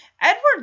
Edward